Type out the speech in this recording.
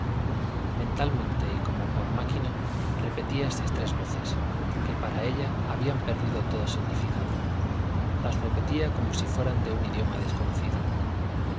mentalmente y como por máquina repetía estas tres voces que para ella habían perdido todo significado las repetía como si fueran de un idioma desconocido